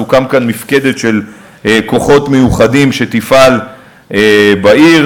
תוקם כאן מפקדת של כוחות מיוחדים שתפעל בעיר.